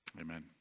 amen